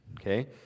okay